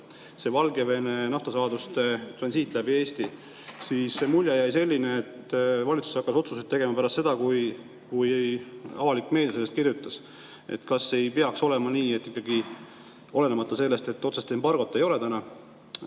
Valgevene naftasaaduste transiit läbi Eesti, siis mulje jäi selline, et valitsus hakkas otsuseid tegema pärast seda, kui avalik meedia sellest kirjutas. Kas ei peaks olema nii, et olenemata sellest, et otsest embargot ei ole täna,